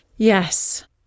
Yes